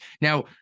Now